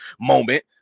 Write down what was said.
moment